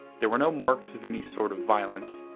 there were no marks of any sort of violence.